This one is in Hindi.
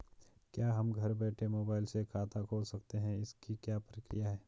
क्या हम घर बैठे मोबाइल से खाता खोल सकते हैं इसकी क्या प्रक्रिया है?